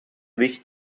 wich